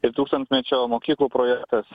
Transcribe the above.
ir tūkstantmečio mokyklų projektas